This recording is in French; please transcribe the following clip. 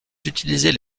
utilisaient